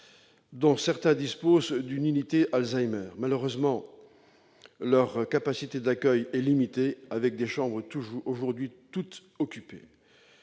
dont certains disposent d'une unité Alzheimer. Malheureusement, leur capacité d'accueil est limitée : toutes leurs chambres sont aujourd'hui occupées.